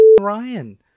Ryan